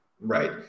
right